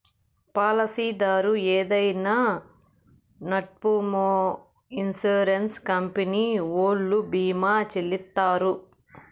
పాలసీదారు ఏదైనా నట్పూమొ ఇన్సూరెన్స్ కంపెనీ ఓల్లు భీమా చెల్లిత్తారు